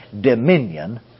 dominion